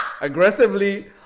Aggressively